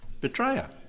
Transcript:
Betrayer